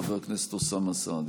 חבר הכנסת אוסאמה סעדי.